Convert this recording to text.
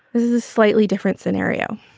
this is a slightly different scenario,